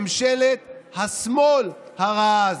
ממשלת השמאל הרעה הזאת.